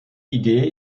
idee